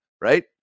Right